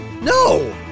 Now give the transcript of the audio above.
No